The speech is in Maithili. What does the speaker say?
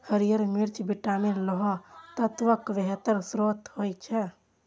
हरियर मिर्च विटामिन, लौह तत्वक बेहतर स्रोत होइ छै